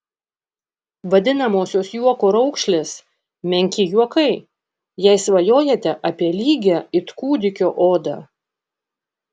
vadinamosios juoko raukšlės menki juokai jei svajojate apie lygią it kūdikio odą